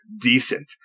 decent